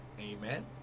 amen